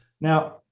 Now